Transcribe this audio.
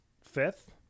fifth